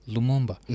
Lumumba